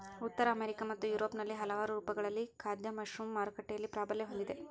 ಉತ್ತರ ಅಮೆರಿಕಾ ಮತ್ತು ಯುರೋಪ್ನಲ್ಲಿ ಹಲವಾರು ರೂಪಗಳಲ್ಲಿ ಖಾದ್ಯ ಮಶ್ರೂಮ್ ಮಾರುಕಟ್ಟೆಯಲ್ಲಿ ಪ್ರಾಬಲ್ಯ ಹೊಂದಿದೆ